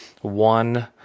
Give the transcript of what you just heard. one